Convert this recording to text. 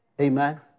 Amen